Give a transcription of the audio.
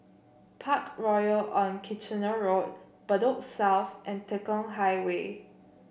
Parkroyal on Kitchener Road Bedok South and Tekong Highway